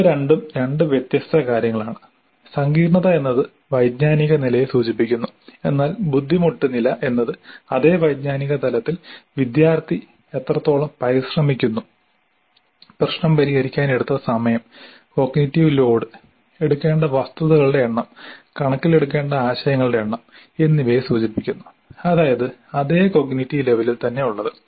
ഇവ രണ്ടും രണ്ട് വ്യത്യസ്ത കാര്യങ്ങളാണ് സങ്കീർണ്ണത എന്നത് വൈജ്ഞാനിക നിലയെ സൂചിപ്പിക്കുന്നു എന്നാൽ ബുദ്ധിമുട്ട് നില എന്നത് അതേ വൈജ്ഞാനിക തലത്തിൽ വിദ്യാർത്ഥി എത്രത്തോളം പരിശ്രമിക്കുന്നു പ്രശ്നം പരിഹരിക്കാൻ എടുത്ത സമയം കോഗ്നിറ്റീവ് ലോഡ് എടുക്കേണ്ട വസ്തുതകളുടെ എണ്ണം കണക്കിലെടുക്കേണ്ട ആശയങ്ങളുടെ എണ്ണം എന്നിവയെ സൂചിപ്പിക്കുന്നു അതായത് അതേ കോഗ്നിറ്റീവ് ലെവലിൽ തന്നെ ഉള്ളത്